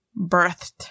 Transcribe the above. birthed